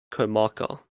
comarca